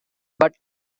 but